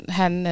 han